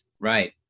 Right